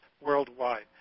worldwide